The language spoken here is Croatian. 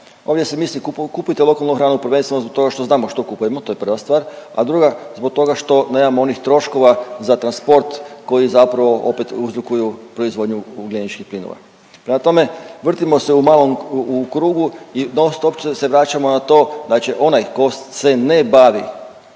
Ovdje se misli kupite lokalnu hranu prvenstveno zbog toga što znamo što kupujemo, to je prva stvar, a druga zbog toga što nemamo onih troškova za transport koji zapravo opet uzrokuju proizvodnju ugljeničkih plinova. Prema tome vrtimo se u malom, u krugu i nonstop se vraćamo na to da će onaj tko se ne bavi